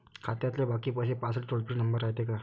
खात्यातले बाकी पैसे पाहासाठी टोल फ्री नंबर रायते का?